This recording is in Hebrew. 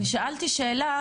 אני שאלתי שאלה,